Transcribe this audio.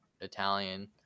italian